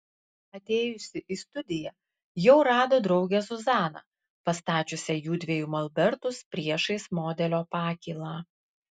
atėjusi į studiją jau rado draugę zuzaną pastačiusią jųdviejų molbertus priešais modelio pakylą